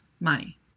money